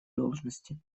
должности